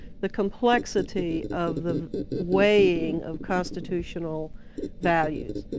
the complexity of the weighing of constitutional values.